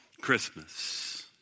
Christmas